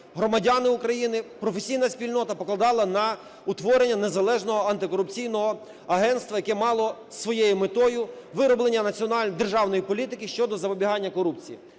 громадяни України, професійна спільнота покладала на утворення незалежного антикорупційного агентства, яке мало своєю метою вироблення державної політики щодо запобігання корупції.